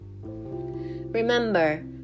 Remember